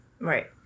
Right